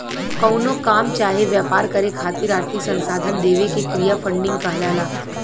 कवनो काम चाहे व्यापार करे खातिर आर्थिक संसाधन देवे के क्रिया फंडिंग कहलाला